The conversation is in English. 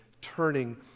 turning